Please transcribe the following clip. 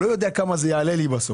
לא יודע כמה זה יעלה לי בסוף.